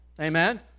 Amen